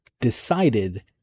decided